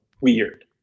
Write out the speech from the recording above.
weird